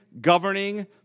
governing